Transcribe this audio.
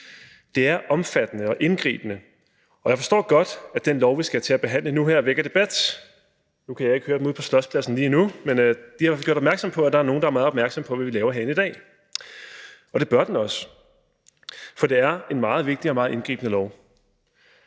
Det er omfattende og indgribende, og jeg forstår godt, at det lovforslag, vi skal til at behandle nu, vækker debat. Nu kan jeg ikke lige høre dem ude på Slotspladsen, men de har i hvert fald gjort opmærksom på, at der er nogle, der er meget opmærksomme på, hvad vi laver herinde i dag. Det bør man også være, for det bliver en meget vigtig og meget indgribende lov.